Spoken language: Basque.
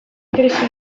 krisi